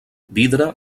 vidre